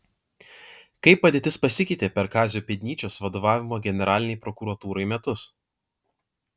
kaip padėtis pasikeitė per kazio pėdnyčios vadovavimo generalinei prokuratūrai metus